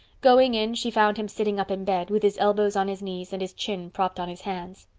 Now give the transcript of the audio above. going in, she found him sitting up in bed, with his elbows on his knees and his chin propped on his hands.